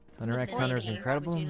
hunter x hunter is and kind of i mean